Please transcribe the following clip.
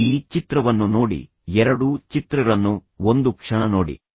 ಆದರೆ ಈ ಚಿತ್ರವನ್ನು ನೋಡಿ ಎರಡೂ ಚಿತ್ರಗಳನ್ನು ಒಂದು ಕ್ಷಣ ನೋಡಿ